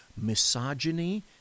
misogyny